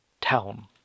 town